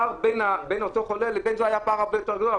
הפער בין אותו חולה לבין זה היה פער הרבה יותר גדול,